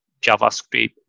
JavaScript